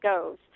goes